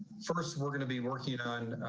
first, we're going to be working on.